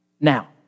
now